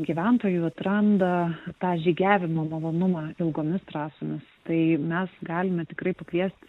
gyventojų atranda tą žygiavimo malonumą ilgomis trasomis tai mes galime tikrai pakviest